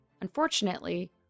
Unfortunately